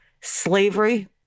slavery